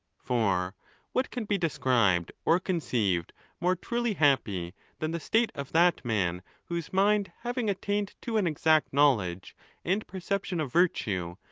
for what can be described or conceived more truly happy than the state of that man, whose mind having attained to an exact knowledge and perception of virtue,